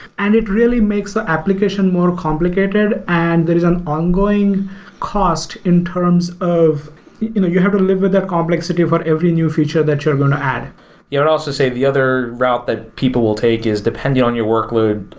and it really makes the application more complicated and there is an ongoing cost in terms of you have to live with that complexity of what every new feature that you're going to add i'll also say the other route that people will take is depending on your workload,